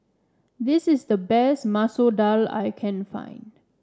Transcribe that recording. this is the best Masoor Dal I can find